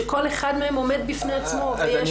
שכל אחד מהם עומד בפני עצמו ויש